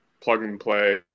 plug-and-play